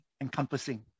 encompassing